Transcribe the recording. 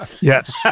Yes